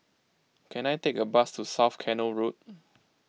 can I take a bus to South Canal Road